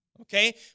okay